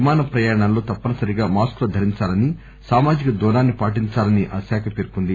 విమాన ప్రయాణాల్లో తప్పనిసరిగా మాస్కులు ధరించాలని సామాజిక దూరాన్ని పాటించాలని ఆ శాఖ పేర్కొంది